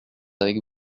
avec